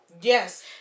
Yes